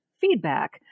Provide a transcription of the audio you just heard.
feedback